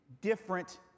different